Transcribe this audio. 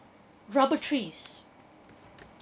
rubber trees